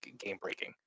game-breaking